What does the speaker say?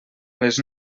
les